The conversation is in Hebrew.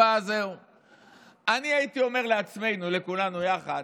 אני הייתי אומר לעצמנו, לכולנו יחד: